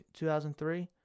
2003